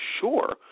sure